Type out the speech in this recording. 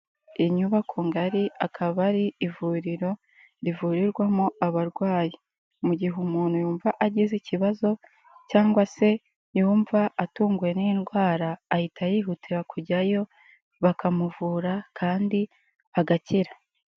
Inyubako ngari akaba ari ivuriro rivurirwamo abarwayi, mu gihe umuntu yumva agize ikibazo cyangwa se yumva atunguwe n'indwara ahita yihutira kujyayo bakamuvura kandi agakira.